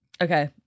Okay